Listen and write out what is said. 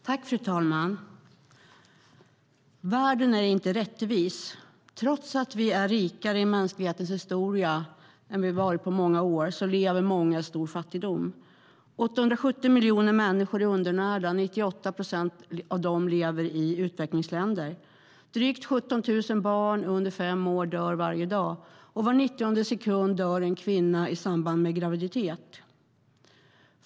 Fru talman! Världen är inte rättvis. Trots att vi aldrig varit rikare i mänsklighetens historia lever många i stor fattigdom. 870 miljoner människor är undernärda. 98 procent av dem lever i utvecklingsländer. Drygt 17 000 barn under fem år dör varje dag. Var 90:e sekund dör en kvinna i samband med graviditet.